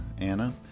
Anna